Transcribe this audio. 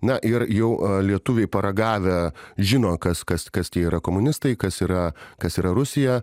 na ir jau lietuviai paragavę žino kas kas kas tie yra komunistai kas yra kas yra rusija